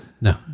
no